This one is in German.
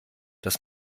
dass